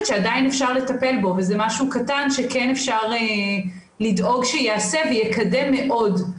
שעדיין אפשר לטפל בו וזה משהו קטן שכן אפשר לדאוג שייעשה ויקדם מאוד.